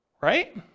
right